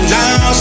now